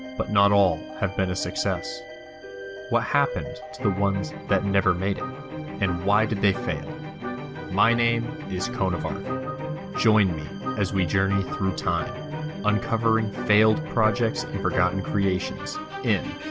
but not all have been a success what happened the ones that never made it and why did they fail my name is coneofarc kind of um join me as we journey through time uncovering failed projects and forgotten creations in